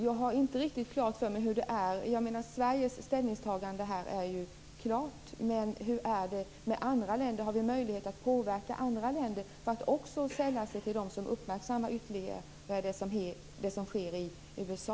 Jag har inte riktigt klart för mig hur det är. Sveriges ställningstagande är ju klart, men hur är det med andra länder? Har vi möjlighet att påverka andra länder, så att de också sällar sig till dem som uppmärksammar det som sker i USA?